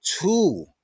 two